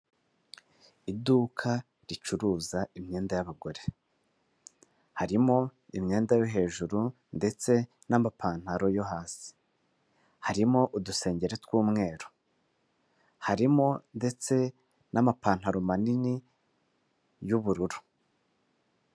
Iduka ricuruza imyenda y'abagore, harimo imyenda yo hejuru ndetse n'amapantaro yo hasi, harimo udusengeri tw'umweru harimo ndetse n'amapantaro manini y'ubururu.